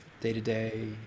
day-to-day